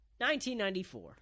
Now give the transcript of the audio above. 1994